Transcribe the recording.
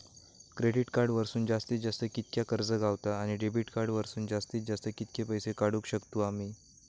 Credit card वरसून जास्तीत जास्त कितक्या कर्ज गावता, आणि डेबिट कार्ड वरसून जास्तीत जास्त कितके पैसे काढुक शकतू आम्ही?